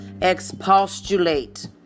Expostulate